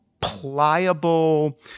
pliable